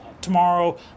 tomorrow